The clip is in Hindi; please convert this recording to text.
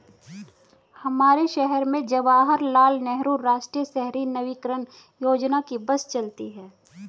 हमारे शहर में जवाहर लाल नेहरू राष्ट्रीय शहरी नवीकरण योजना की बस चलती है